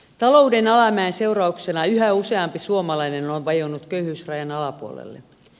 talouden alamäen seurauksena yhä useampi suomalainen on vajonnut köyhyysrajan alapuolelle